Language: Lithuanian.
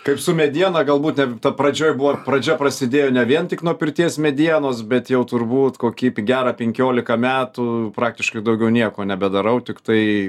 kaip su mediena galbūt ne ta pradžioj buvo pradžia prasidėjo ne vien tik nuo pirties medienos bet jau turbūt kokį pi gerą penkioliką metų praktiškai daugiau nieko nebedarau tiktai